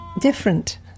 different